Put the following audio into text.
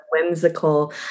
whimsical